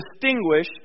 distinguish